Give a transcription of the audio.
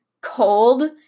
Cold